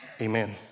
Amen